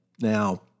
now